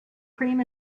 cream